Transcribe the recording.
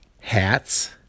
Hats